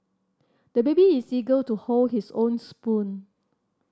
the baby is eager to hold his own spoon